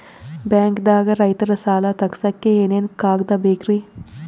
ಬ್ಯಾಂಕ್ದಾಗ ರೈತರ ಸಾಲ ತಗ್ಸಕ್ಕೆ ಏನೇನ್ ಕಾಗ್ದ ಬೇಕ್ರಿ?